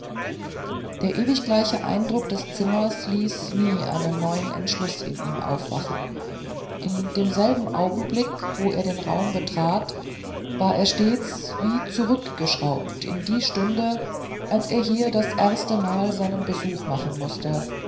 der ewig gleiche eindruck des zimmers ließ nie einen neuen entschluß in ihm aufwachen in demselben augenblick wo er den raum betrat war er stets wie zurückgeschraubt in die stunde als er hier das erstemal seinen besuch machen mußte